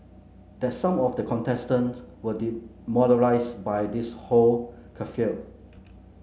that some of the contestants were demoralised by this whole kerfuffle